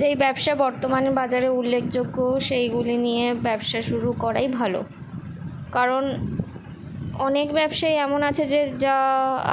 যেই ব্যবসা বর্তমান বাজারে উল্লেখযোগ্য সেইগুলি নিয়ে ব্যবসা শুরু করাই ভালো কারণ অনেক ব্যবসায়ী এমন আছে যে যা